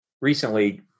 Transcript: recently